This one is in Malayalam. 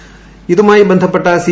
ഇതുമായി ബന്ധപ്പെട്ട സി